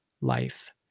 life